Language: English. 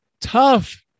tough